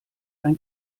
ein